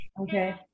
Okay